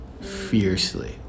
fiercely